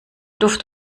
duft